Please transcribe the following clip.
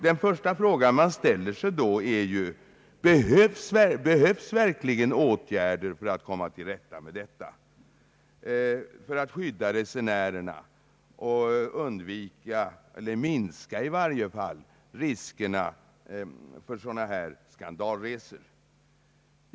Den första fråga man ställer sig då är ju: Behövs verkligen åtgärder för att komma till rätta med detta problem, för att skydda resenärerna och undvika — eller i varje fall minska — riskerna för skandalresor?